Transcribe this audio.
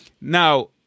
Now